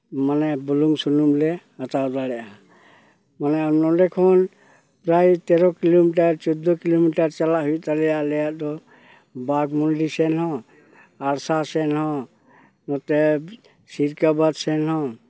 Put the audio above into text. ᱢᱟᱱᱮ ᱵᱩᱞᱩᱝ ᱥᱩᱱᱩᱢ ᱞᱮ ᱦᱟᱛᱟᱣ ᱫᱟᱲᱮᱭᱟᱜᱼᱟ ᱱᱚᱸᱰᱮ ᱠᱷᱚᱱ ᱯᱨᱟᱭ ᱛᱮᱨᱚ ᱠᱤᱞᱳᱢᱤᱴᱟᱨ ᱪᱳᱫᱫᱳ ᱠᱤᱞᱳᱢᱤᱴᱟᱨ ᱪᱟᱞᱟᱜ ᱦᱩᱭᱩᱜ ᱛᱟᱞᱮᱭᱟ ᱟᱞᱮᱭᱟᱜ ᱫᱚ ᱵᱟᱜᱽᱢᱚᱱᱰᱤ ᱥᱮᱫ ᱦᱚᱸ ᱟᱲᱥᱟ ᱥᱮᱱ ᱦᱚᱸ ᱱᱚᱛᱮ ᱥᱤᱨᱠᱟᱹᱵᱟᱫ ᱥᱮᱱ ᱦᱚᱸ